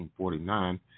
1949